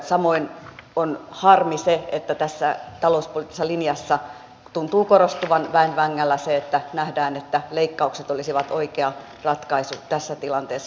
samoin on harmi se että tässä talouspoliittisessa linjassa tuntuu korostuvan väen vängällä se että nähdään että leikkaukset olisivat oikea ratkaisu tässä tilanteessa